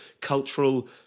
cultural